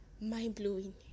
Mind-blowing